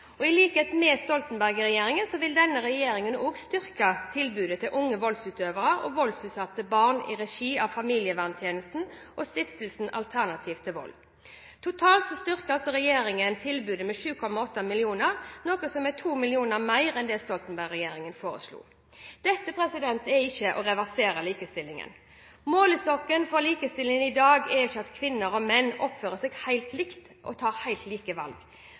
I likhet med Stoltenberg-regjeringen vil denne regjeringen også styrke tilbudet til unge voldsutøvere og barn utsatt for vold i regi av familieverntjenestene og stiftelsen Alternativ til vold. Totalt styrker regjeringen tilbudet med 7,8 mill. kr, noe som er 2 mill. kr mer enn det Stoltenberg-regjeringen foreslo. Dette er ikke å reversere likestillingen. Målestokken for likestilling i dag er ikke at kvinner og menn oppfører seg helt likt og tar helt like valg.